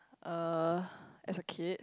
uh as a kid